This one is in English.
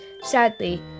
Sadly